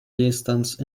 distance